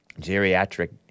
Geriatric